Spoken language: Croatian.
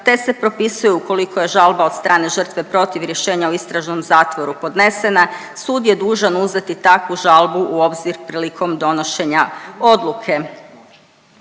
te se propisuje ukoliko je žalba od strane žrtve protiv rješenja o istražnom zatvoru podnesena, sud je dužan uzeti takvu žalbu u obzir prilikom donošenja odluke.